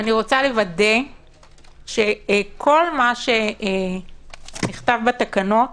אני רוצה לוודא שכל מה שנכתב בתקנות